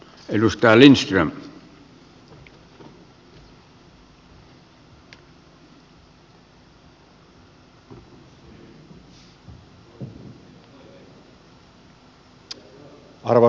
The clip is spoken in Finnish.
arvoisa herra puhemies